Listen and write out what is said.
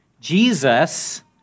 Jesus